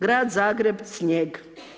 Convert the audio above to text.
Grad Zagreb snijeg.